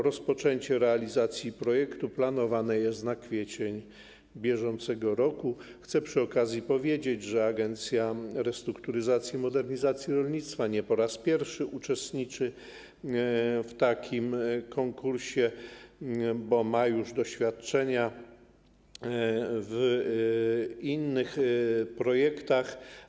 Rozpoczęcie realizacji projektu planowane jest na kwiecień br. Chcę przy okazji powiedzieć, że Agencja Restrukturyzacji i Modernizacji Rolnictwa nie po raz pierwszy uczestniczy w takim konkursie, bo ma już doświadczenia w innych projektach.